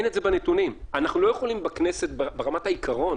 אנחנו לא יכולים בכנסת ברמת העיקרון